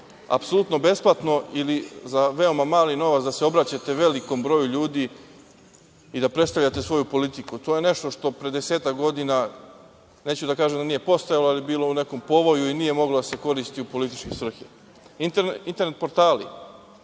apsolutno besplatno ili za veoma mali novac da se obraćate velikom broju ljudi i da predstavljate svoju politiku. To je nešto što je pre desetak godina, neću da kažem da nije postojalo, ali bilo u nekom povoju i nije moglo da se koristi u političke svrhe. Internet portali,